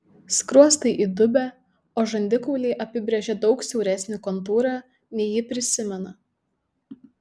skruostai įdubę o žandikauliai apibrėžia daug siauresnį kontūrą nei ji prisimena